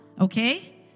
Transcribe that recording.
Okay